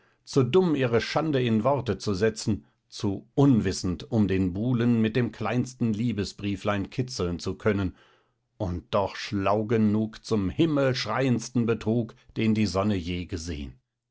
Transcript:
zu dumm ihre schande in worte zu setzen zu unwissend um den buhlen mit dem kleinsten liebesbrieflein kitzeln zu können und doch schlau genug zum himmelschreiendsten betrug den die sonne je gesehen